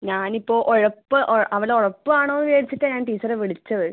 ഞാൻ ഇപ്പോൾ ഉഴപ്പ് അവൾ ഉഴപ്പാണോയെന്ന് വിചാരിച്ചിട്ടാ ഞാൻ ടീച്ചറെ വിളിച്ചത്